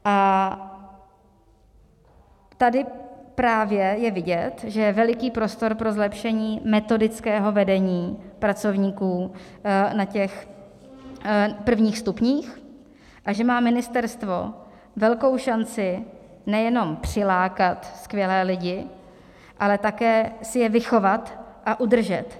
A tady právě je vidět, že je veliký prostor pro zlepšení metodického vedení pracovníků na prvních stupních a že má ministerstvo velkou šanci nejenom přilákat skvělé lidi, ale také si je vychovat a udržet.